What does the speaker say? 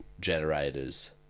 generators